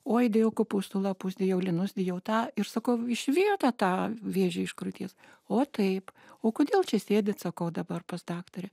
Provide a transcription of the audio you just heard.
oi dėjau kopūsto lapus dėjau linus dėjau tą ir sakau išvijote tą vėžį iš krūties o taip o kodėl čia sėdit sakau dabar pas daktarę